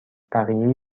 بقیه